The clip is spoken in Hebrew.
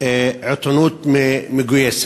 עיתונות מגויסת.